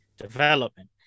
Development